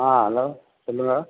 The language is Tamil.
ஆ ஹலோ சொல்லுங்க